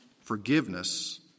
forgiveness